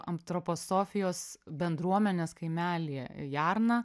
antroposofijos bendruomenės kaimelyje jarna